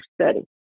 study